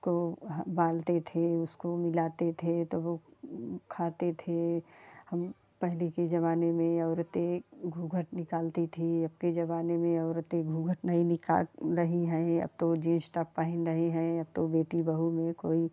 उसको उबालते थे उसको मिलाते थे तब वो खाते थे हम पहले के ज़माने में औरतें घूँघट निकालती थीं अब के ज़माने में औरतें घूँघट नहीं निकाल रही है अब तो जींस टॉप पहन रही हैं अब तो बेटी बहू में कोई